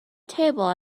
table